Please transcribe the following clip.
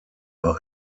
war